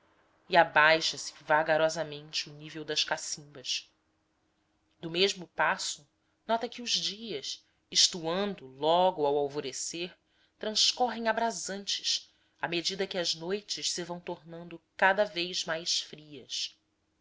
e abaixa se vagarosamente o nível das cacimbas do mesmo passo nota que os dias estuando logo ao alvorecer transcorrem abrasantes à medida que as noites se vão tornando cada vez mais frias